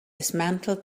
dismantled